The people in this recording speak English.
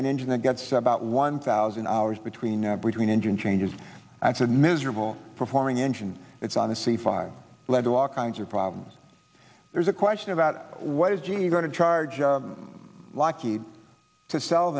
an engine that gets about one thousand hours between between engine changes and said miserable performing engine it's on a sci fi lead to all kinds of problems there's a question about what is g going to charge lackey to sell